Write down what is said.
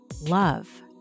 love